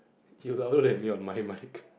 you louder than me on my mic